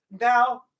Now